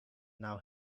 now